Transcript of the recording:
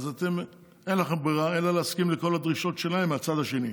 אז אין לכם ברירה אלא להסכים לכל הדרישות שלהם מהצד השני.